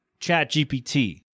ChatGPT